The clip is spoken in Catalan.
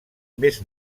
més